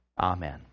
Amen